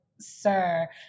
sir